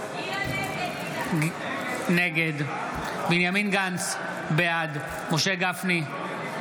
נגד בנימין גנץ, בעד משה גפני,